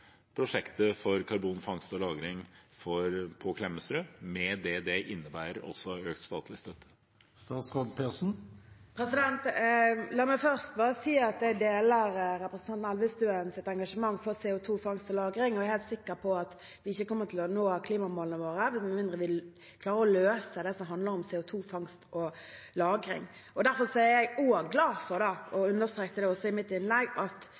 prosjektet for karbonfangst og -lagring på Klemetsrud, med det som det innebærer også av økt statlig støtte? La meg først bare si at jeg deler representanten Elvestuens engasjement for CO 2 -fangst og -lagring. Jeg er helt sikker på at vi ikke kommer til å nå klimamålene våre med mindre vi klarer å løse det som handler om CO 2 -fangst og -lagring. Derfor er jeg også glad for – og understrekte det i mitt innlegg – at